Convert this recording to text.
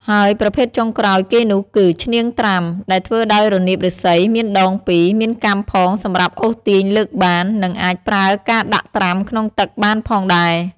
ហើយប្រភេទចុងក្រោយគេនោះគឹ ឈ្នាងត្រាំ ដែលធ្វើដោយរនាបឫស្សី មានដង២ មានកាំផងសម្រាប់អូសទាញលើកបាន និងអាចប្រើការដាក់ត្រាំក្នុងទឹកបានផងដែរ។